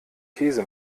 käse